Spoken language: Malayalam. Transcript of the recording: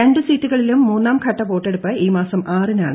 രണ്ട് സീറ്റുകളിലും മൂന്നാം ഘട്ട വോട്ടെടുപ്പ് ഈ മാസം ആറിനാണ്